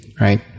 right